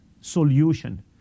solution